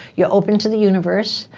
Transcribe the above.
you're open to the universe,